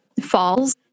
falls